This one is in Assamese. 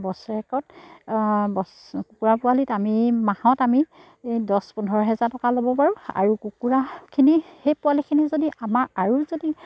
বছৰেকত কুকুৰা পোৱালিত আমি মাহত আমি দহ পোন্ধৰ হেজাৰ টকা ল'ব পাৰোঁ আৰু কুকুৰাখিনি সেই পোৱালিখিনি যদি আমাৰ আৰু যদি